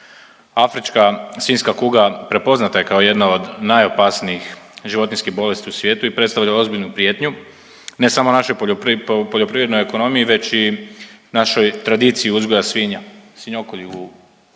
Afrička svinjska kuga prepoznata je kao jedna od najopasnijih životinjskih bolesti u svijetu i predstavlja ozbiljnu prijetnju. Ne samo našoj poljoprivrednoj ekonomiji već i našoj tradiciji uzgoja svinja, svinjokolju u